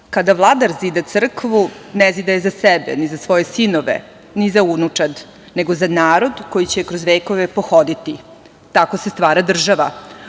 Kada vladar zida crkvu, ne zida je za sebe, ni za svoje sinove, ni za unučad, nego za narod koji će je kroz vekove pohoditi. Tako se stvara država.